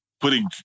putting